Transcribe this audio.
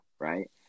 Right